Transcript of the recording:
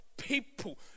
People